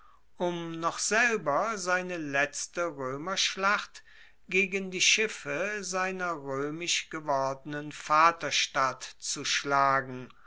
um noch selber seine letzte roemerschlacht gegen die schiffe seiner roemisch gewordenen vaterstadt zu schlagen